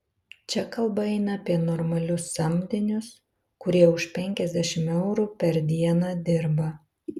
čia kalba eina apie normalius samdinius kurie už penkiasdešimt eurų per dieną dirba